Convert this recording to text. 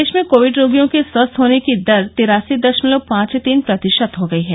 देश में कोविड रोगियों के स्वस्थ होने की दर तिरासी दशमलव पांच तीन प्रतिशत हो गई है